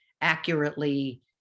accurately